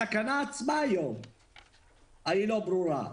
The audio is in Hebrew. התקנה עצמה היום היא לא ברורה.